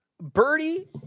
birdie